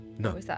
No